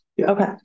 Okay